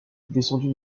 descendu